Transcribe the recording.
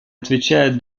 отвечает